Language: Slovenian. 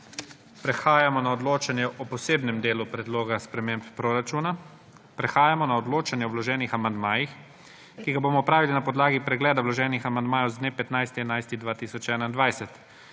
Prehajamo na odločanje o **Posebnem delu predloga sprememb proračuna.** Prehajamo na odločanje o vloženih amandmajih, ki ga bomo opravili na podlagi pregleda vloženih amandmajev z dne 15. 11. 2021.